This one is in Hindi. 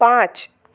पाँच